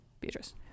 Beatrice